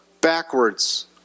backwards